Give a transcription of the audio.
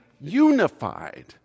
unified